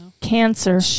cancer